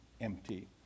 Empty